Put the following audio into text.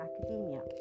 academia